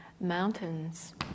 mountains